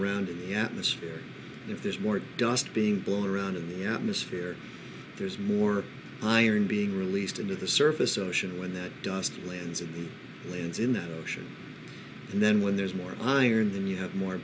around in the atmosphere if there's more dust being blown around in the atmosphere there's more iron being released into the surface ocean when that dust lands and lands in the ocean and then when there's more iron then you have more